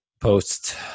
post